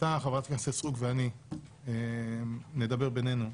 וחברת הכנסת סטרוק ואני נדבר בינינו.